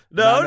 no